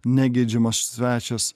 negeidžiamas svečias